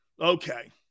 Okay